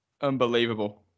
Unbelievable